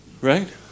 Right